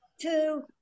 two